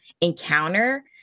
encounter